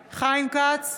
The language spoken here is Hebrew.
כץ,